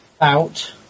out